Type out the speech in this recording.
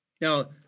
Now